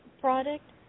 product